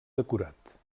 decorat